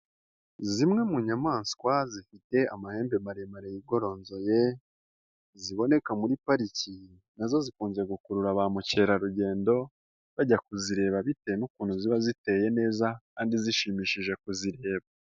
Zimwe mu nyamaswa zifite amahembe maremare yigoronzoye, ziboneka muri pariki na zo zikunze gukurura ba mukerarugendo bajya kuzireba bitewe n'ukuntu ziba ziteye neza kandi zishimishije kuzireba.